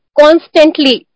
constantly